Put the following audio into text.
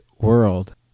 world